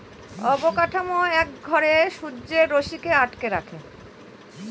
অবকাঠামো এক ঘরে সূর্যের রশ্মিকে আটকে রাখে